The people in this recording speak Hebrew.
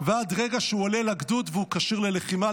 ועד הרגע שהוא עולה לגדוד והוא כשיר ללחימה.